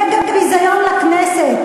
מגה-ביזיון לכנסת.